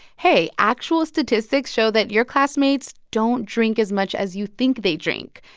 hey, actual statistics show that your classmates don't drink as much as you think they drink.